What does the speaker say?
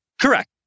Correct